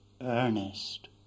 Earnest